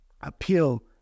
appeal